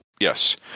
Yes